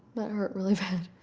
hurt really bad.